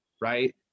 right